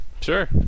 Sure